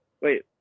Wait